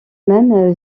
même